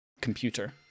computer